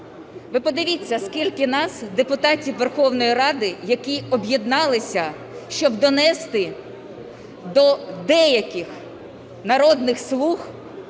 ви подивіться, скільки нас, депутатів Верховної Ради, які об'єдналися, щоб донести до деяких "народних слуг",